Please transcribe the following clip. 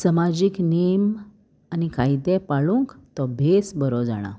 समाजीक नेम आनी कायदे पाळूंक तो भेस बरो जाणा